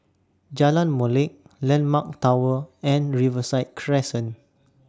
Jalan Molek Landmark Tower and Riverside Crescent